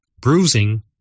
bruising